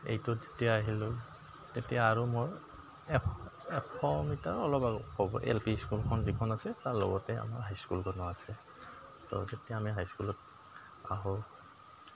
এইটোত যেতিয়া আহিলোঁ তেতিয়া আৰু মোৰ এ এশ মিটাৰ অলপ আৰু হ'ব এল পি স্কুলখন যিখন আছে তাৰ লগতে আমাৰ হাইস্কুলখনো আছে ত' যেতিয়া আমি হাইস্কুলত আহোঁ